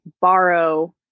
borrow